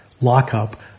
lockup